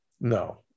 no